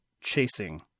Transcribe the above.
chasing